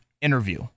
interview